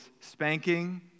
spanking